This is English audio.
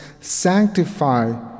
sanctify